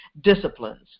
disciplines